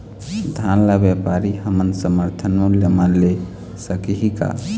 धान ला व्यापारी हमन समर्थन मूल्य म ले सकही का?